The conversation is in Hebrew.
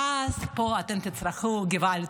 ואז אתם תצרחו פה: געוואלד,